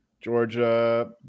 Georgia